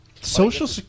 Social